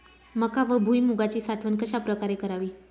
मका व भुईमूगाची साठवण कशाप्रकारे करावी?